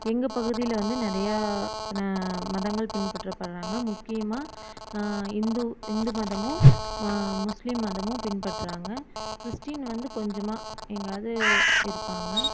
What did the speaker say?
எங்கள் பகுதியில் வந்து நிறையா ந மதங்கள் பின்பற்றப்பட்றாங்கள் முக்கியமாக இந்து இந்து மதமும் முஸ்லீம் மதமும் பின்பற்றாங்கள் கிறிஸ்டின் வந்து கொஞ்சமாக எங்கேயாவது இருப்பாங்கள்